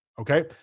okay